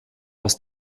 aus